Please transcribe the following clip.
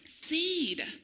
Seed